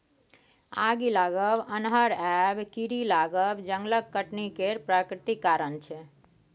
आगि लागब, अन्हर आएब, कीरी लागब जंगलक कटनी केर प्राकृतिक कारण छै